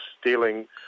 stealing